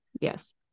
Yes